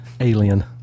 alien